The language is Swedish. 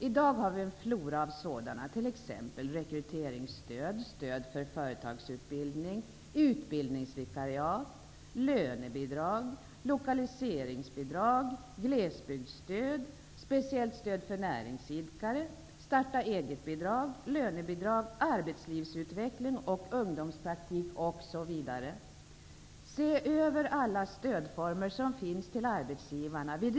I dag har vi en flora av sådana, t.ex. rekryteringsstöd, stöd för företagsutbildning, utbildningsvikariat, lönebidrag, lokaliseringsbidrag, glesbygdsstöd, speciellt stöd för näringsidkare, starta-eget-bidrag, lönebidrag, arbetslivsutveckling och ungdomspraktik. Se över alla stödformer till arbetsgivarna som finns.